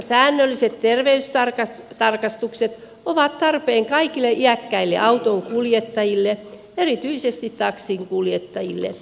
turvallisuusnäkökulmasta säännölliset terveystarkastukset ovat tarpeen kaikille iäkkäille autonkuljettajille erityisesti taksinkuljettajille